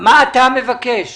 אני מבקש